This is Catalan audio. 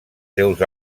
seus